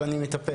אבל אני מטפל,